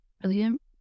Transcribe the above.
Brilliant